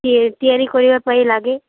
ତିଆରି କରିବା ପାଇଁ ଲାଗେ